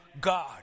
God